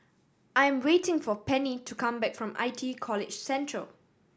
I am waiting for Penny to come back from I T E College Central